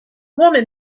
woman